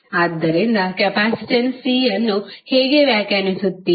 ಆದ್ದರಿಂದ capacitance C ಅನ್ನು ಹೇಗೆ ವ್ಯಾಖ್ಯಾನಿಸುತ್ತೀರಿ